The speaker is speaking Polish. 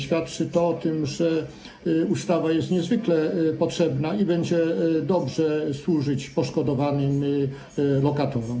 Świadczy to o tym, że ustawa jest niezwykle potrzebna i będzie dobrze służyć poszkodowanym lokatorom.